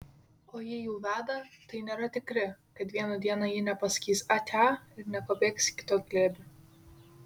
o jei jau veda tai nėra tikri kad vieną dieną ji nepasakys atia ir nepabėgs į kito glėbį